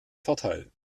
vorteil